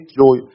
joy